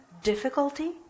difficulty